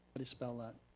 please spell that,